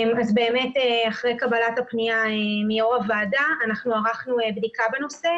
באמת אחרי קבלת הפנייה מיו"ר הוועדה אנחנו ערכנו בדיקה בנושא